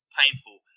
painful